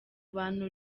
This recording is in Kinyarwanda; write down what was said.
bantu